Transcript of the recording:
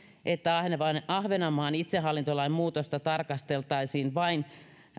että ahvenanmaan itsehallintolain muutosta tarkasteltaisiin vain